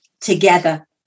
together